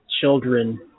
children